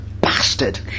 bastard